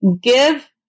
give